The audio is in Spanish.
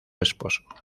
esposo